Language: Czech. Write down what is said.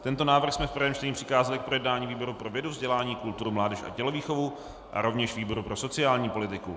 Tento návrh jsme v prvém čtení přikázali k projednání výboru pro vědu, vzdělání, kulturu, mládež a tělovýchovu a rovněž výboru pro sociální politiku.